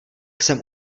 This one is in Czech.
jsem